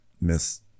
Miss